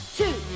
two